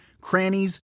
crannies